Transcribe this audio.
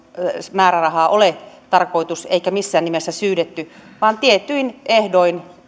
määrärahaa ole tarkoitus syytää eikä missään nimessä ole syydetty vaan tietyin ehdoin se